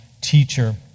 teacher